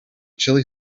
chilli